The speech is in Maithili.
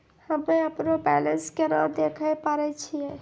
हम्मे अपनो बैलेंस केना देखे पारे छियै?